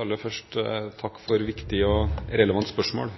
Aller først takk for viktige og relevante spørsmål.